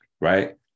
Right